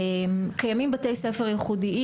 קיימים בתי ספר ייחודיים.